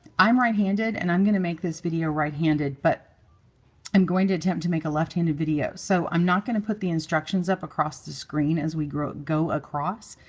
i'm right-handed and i'm going to make this video right-handed, but i'm going to attempt to make a left-handed videos. so i'm not going to put the instructions up across the screen as we go go across.